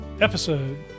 episode